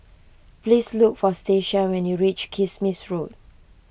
please look for Stacia when you reach Kismis Road